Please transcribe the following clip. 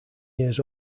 years